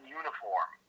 uniform